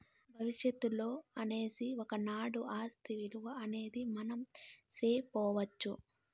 భవిష్యత్తులో అనేసి ఒకనాడు ఆస్తి ఇలువ అనేది మనం సెప్పొచ్చు